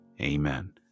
amen